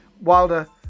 Wilder